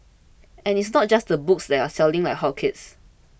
and it's not just the books that are selling like hotcakes